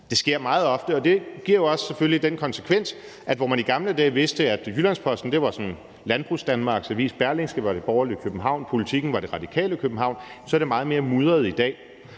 Det sker meget ofte, og det giver jo selvfølgelig også den konsekvens, at hvor man i gamle dage vidste, at Jyllands-Posten sådan var Landbrugsdanmarks avis, at Berlingske var det borgerlige Københavns avis, og at Politiken var det radikale Københavns avis, så er det i dag